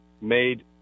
made